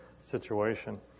situation